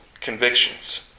convictions